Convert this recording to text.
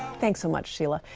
thanks so much, sheila.